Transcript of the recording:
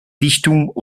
dichtung